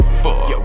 fuck